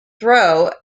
throw